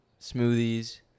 smoothies